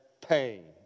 pain